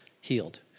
healed